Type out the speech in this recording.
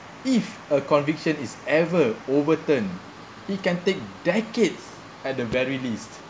if a conviction is ever overturned can take decades at the very least